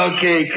Okay